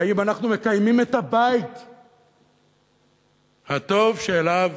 האם אנחנו מקיימים את הבית הטוב שאליו